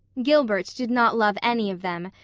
gilbert did not love any of them,